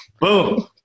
boom